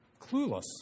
clueless